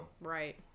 right